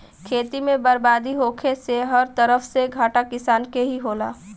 खेती में बरबादी होखे से हर तरफ से घाटा किसानन के ही होला